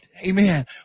Amen